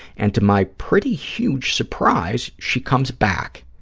and to my pretty huge surprise, she comes back.